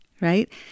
right